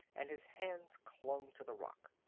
and his hands clung to the rock.